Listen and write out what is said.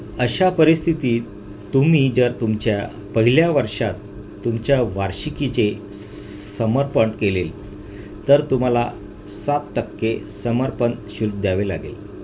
अशा परिस्थितीत तुम्ही जर तुमच्या पहिल्या वर्षात तुमच्या वार्षिकीचे समर्पण केले तर तुम्हाला सात टक्के समर्पण शुल्क द्यावे लागेल